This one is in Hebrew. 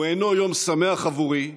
הוא אינו יום שמח עבורי,